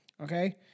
Okay